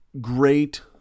great